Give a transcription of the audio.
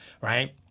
Right